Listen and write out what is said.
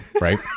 right